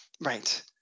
Right